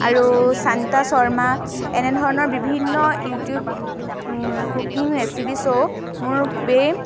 আৰু শান্তা শৰ্মা এনেধৰণৰ বিভিন্ন ইউটিউব কুকিং ৰেচিপি শ্ব' মোৰ খুবেই